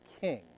king